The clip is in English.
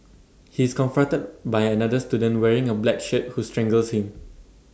he is confronted by another student wearing A black shirt who strangles him